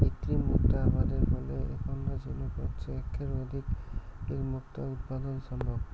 কৃত্রিম মুক্তা আবাদের ফলে এ্যাকনা ঝিনুকোত এ্যাকের অধিক মুক্তা উৎপাদন সম্ভব